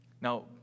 Now